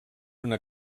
una